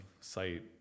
site